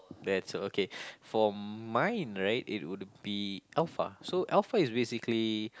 that's okay for mine right it would be Alpha so Alpha is basically